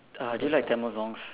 uh do you like Tamil songs